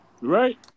Right